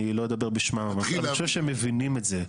אני לא אדבר בשמם אבל אני חושב שהם מבינים את זה,